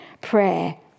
prayer